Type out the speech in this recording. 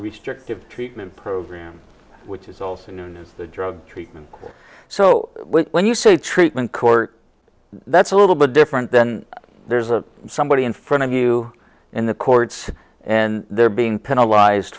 restrictive treatment program which is also known as the drug treatment court so when you say treatment court that's a little bit different then there's a somebody in front of you in the courts and they're being penalize